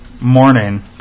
morning